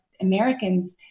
Americans